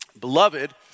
beloved